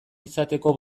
izateko